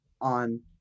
on